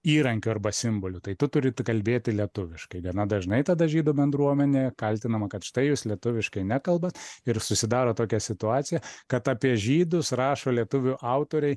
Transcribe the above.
įrankiu arba simboliu tai tu turi kalbėti lietuviškai gana dažnai tada žydų bendruomenė kaltinama kad štai jūs lietuviškai nekalbat ir susidaro tokia situacija kad apie žydus rašo lietuvių autoriai